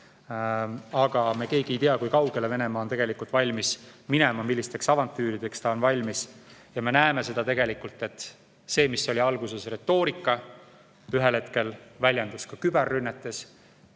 Aga me keegi ei tea, kui kaugele Venemaa on tegelikult valmis minema, millisteks avantüürideks ta valmis on. Ja me näeme seda, et see, mis oli alguses retoorika, ühel hetkel väljendus ka küberrünnetes,